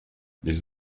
les